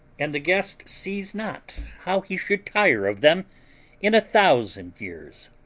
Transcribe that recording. and the guest sees not how he should tire of them in a thousand years.